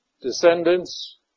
Descendants